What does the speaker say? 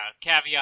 caveat